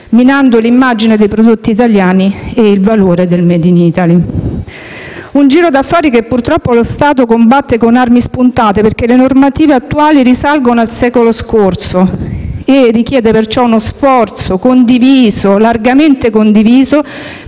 minando l'immagine dei prodotti italiani e il valore del *made in Italy*. Si tratta di un giro di affari che purtroppo lo Stato combatte con armi spuntate, perché le normative attuali risalgono al secolo scorso. Si richiede perciò uno sforzo largamente condiviso